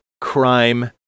crime